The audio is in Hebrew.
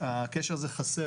הקשר הזה חסר.